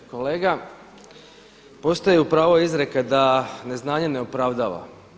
Kolega, postaji pravo izreke da neznanje ne opravdava.